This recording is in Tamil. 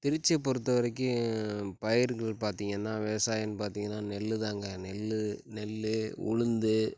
திருச்சியைப் பொறுத்த வரைக்கும் பயிர்கள் பார்த்தீங்கன்னா விவசாயன்னு பார்த்தீங்கன்னா நெல் தாங்க நெல் நெல் உளுந்து